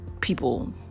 people